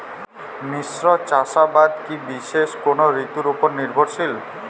মিশ্র চাষাবাদ কি বিশেষ কোনো ঋতুর ওপর নির্ভরশীল?